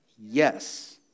yes